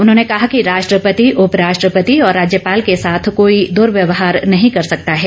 उन्होंने कहा कि राष्ट्रपति उपराष्ट्रपति और राज्यपाल के साथ कोई दर्वयवहार नहीं कर सकता है